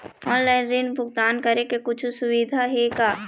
Online ऋण भुगतान करे के कुछू सुविधा हे का?